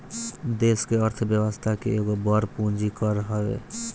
देस के अर्थ व्यवस्था के एगो बड़ पूंजी कर हवे